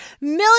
million